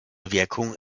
wirkung